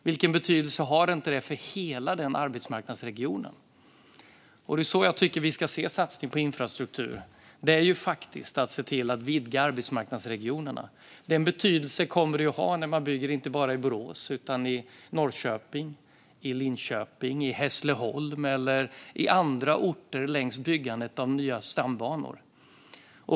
Vilken betydelse har inte det för hela den arbetsmarknadsregionen? Det är så jag tycker att vi ska se satsningar på infrastruktur. Det är att se till att vidga arbetsmarknadsregionerna. Den betydelsen kommer det att få när man bygger, inte bara i Borås utan även i Norrköping, i Linköping, i Hässleholm eller i andra orter längs bygget av nya stambanor.